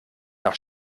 nach